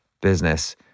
business